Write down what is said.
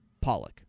Pollock